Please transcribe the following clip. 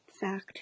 fact